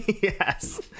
Yes